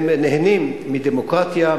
הם נהנים מדמוקרטיה,